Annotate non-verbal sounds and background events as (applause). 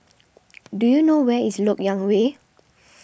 (noise) do you know where is Lok Yang Way